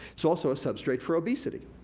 it's also a substrate for obesity.